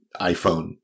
iPhone